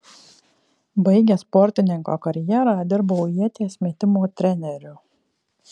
baigęs sportininko karjerą dirbau ieties metimo treneriu